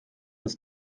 ist